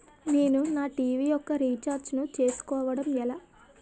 నేను నా టీ.వీ యెక్క రీఛార్జ్ ను చేసుకోవడం ఎలా?